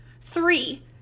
Three